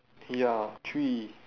ya three